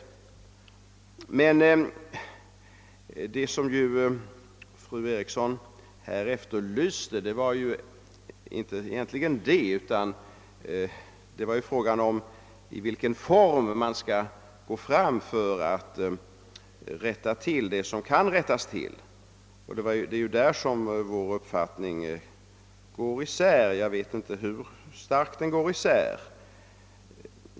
Vad fru Eriksson här efterlyste var emellertid inte detta, utan frågan gällde på vilket sätt man bör gå fram för att rätta till det som kan rättas till. Det är ju där våra uppfattningar går isär, men jag vet inte hur starkt de går isär.